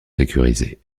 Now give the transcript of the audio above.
sécurisés